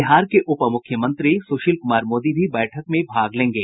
बिहार के उपमुख्यमंत्री सूशील कुमार मोदी भी बैठक में भाग लेंगे